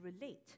relate